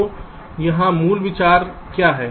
तो वहाँ मूल विचार क्या है